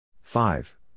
five